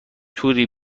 توری